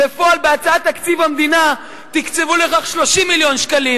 בפועל בהצעת תקציב המדינה תקצבו לכך 30 מיליון שקלים.